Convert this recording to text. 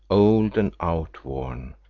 old and outworn,